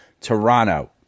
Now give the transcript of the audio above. toronto